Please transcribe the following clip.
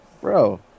bro